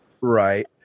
Right